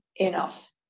enough